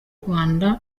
rwanda